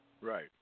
Right